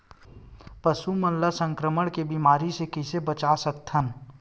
पशु मन ला संक्रमण के बीमारी से कइसे बचा सकथन?